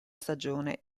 stagione